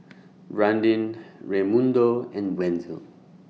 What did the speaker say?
Brandin Raymundo and Wenzel